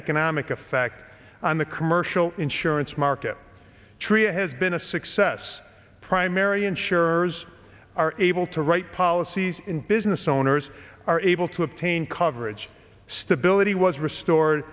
economic effect on the commercial insurance market tria has been a success primary insurers are able to write policies in business owners are able to obtain coverage stability was restored